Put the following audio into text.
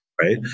right